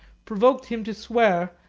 provoked him to swear,